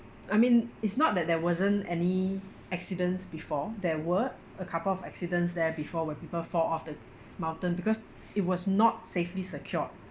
I mean it's not that there wasn't any accidents before there were a couple of accidents there before where people fall off the mountain because it was not safely secured